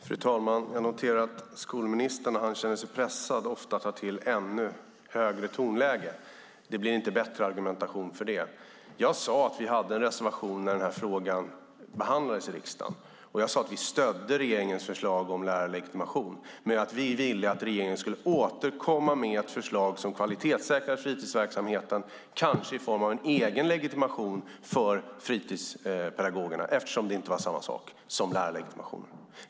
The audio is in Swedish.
Fru talman! Jag noterar att skolministern ofta tar till ännu högre tonläge när han känner sig pressad. Det blir inte bättre argumentation för det. Jag sade att vi hade en reservation när den här frågan behandlades i riksdagen, och jag sade att vi stödde regeringens förslag om lärarlegitimation. Men vi ville att regeringen skulle återkomma med ett förslag som kvalitetssäkrar fritidsverksamheten, kanske i form av en egen legitimation för fritidspedagogerna, eftersom det inte är samma sak som lärarlegitimation.